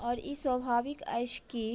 आओर ई स्वभाविक अछि कि